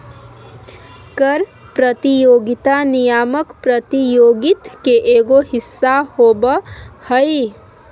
कर प्रतियोगिता नियामक प्रतियोगित के एगो हिस्सा होबा हइ